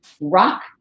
rock